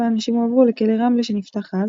והנשים הועברו לכלא רמלה שנפתח אז,